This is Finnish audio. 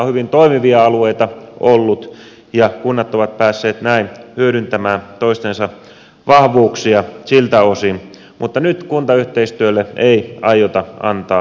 on hyvin toimivia alueita ollut ja kunnat ovat päässeet näin hyödyntämään toistensa vahvuuksia siltä osin mutta nyt kuntayhteistyölle ei aiota antaa mahdollisuutta